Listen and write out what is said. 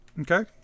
Okay